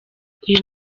uyu